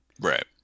Right